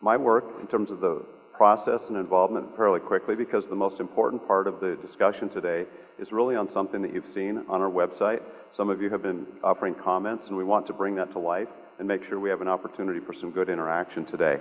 my work in terms of the process and involvement fairly quickly because the most important part of the discussion today is really on something that you've seen on our website. some of you have been offering comments and we want to bring that to life and make sure we have an opportunity for some good interaction today.